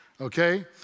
okay